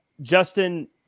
Justin